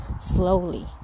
slowly